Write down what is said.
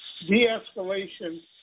De-escalation